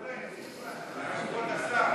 כבוד השר,